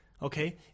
Okay